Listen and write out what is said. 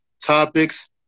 topics